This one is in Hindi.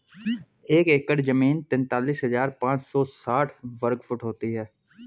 एक एकड़ जमीन तैंतालीस हजार पांच सौ साठ वर्ग फुट होती है